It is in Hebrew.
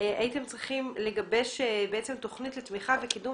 הייתם צריכים לגבש תוכנית לתמיכה וקידום